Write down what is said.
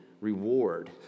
reward